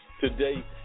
today